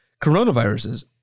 coronaviruses